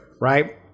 right